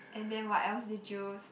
and then what else did you